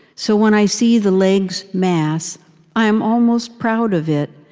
so when i see the leg's mass i am almost proud of it,